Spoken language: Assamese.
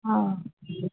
অঁ